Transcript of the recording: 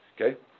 Okay